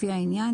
לפי העניין,